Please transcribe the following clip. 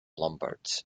lombards